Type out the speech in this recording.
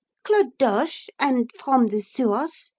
clodoche and from the sewers?